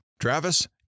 Travis